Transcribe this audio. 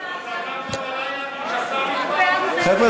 חבר'ה,